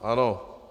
Ano.